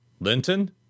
Linton